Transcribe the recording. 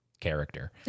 character